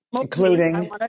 including